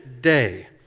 day